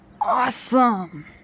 Awesome